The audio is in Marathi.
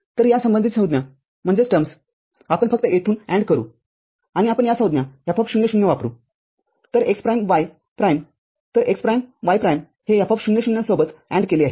तर या संबंधित संज्ञा आपण फक्त येथून AND करूआपण या संज्ञा F00 वापरूतर x प्राईम y प्राईम तर x प्राईम y प्राईमहे F00सोबत AND केले आहे